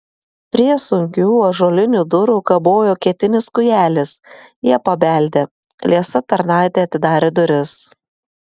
prie sunkių ąžuolinių durų kabojo ketinis kūjelis jie pabeldė liesa tarnaitė atidarė duris